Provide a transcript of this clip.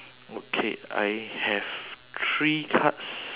okay I have three cards